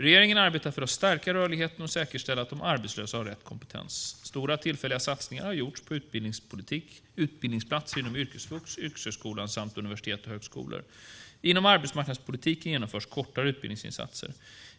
Regeringen arbetar för att stärka rörligheten och säkerställa att de arbetslösa har rätt kompetens. Stora tillfälliga satsningar har gjorts på utbildningsplatser inom yrkesvux, Yrkeshögskolan samt universitet och högskolor. Inom arbetsmarknadspolitiken genomförs kortare utbildningsinsatser.